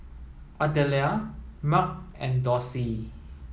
Ardelia Marc and Dorsey